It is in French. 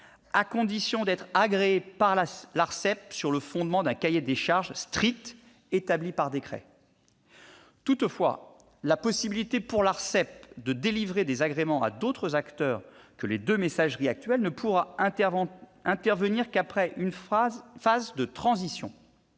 soient agréés par l'Arcep sur le fondement d'un cahier des charges strict, établi par décret. Toutefois, la possibilité pour l'Arcep de délivrer des agréments à d'autres acteurs que les deux messageries actuelles ne pourra intervenir qu'après une phase de transition.